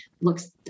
looks